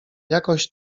jakoś